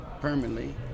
permanently